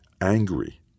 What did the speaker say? angry